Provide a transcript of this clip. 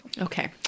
Okay